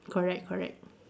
correct correct